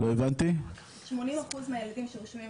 80 אחוז מהילדים שרשומים